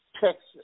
Texas